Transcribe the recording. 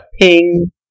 Ping